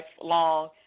lifelong